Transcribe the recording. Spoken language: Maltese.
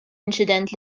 inċident